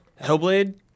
Hellblade